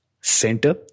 center